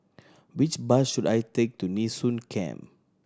which bus should I take to Nee Soon Camp